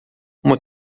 uma